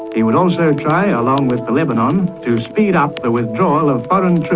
he would also try, along with the lebanon, to speed up the withdrawal of but and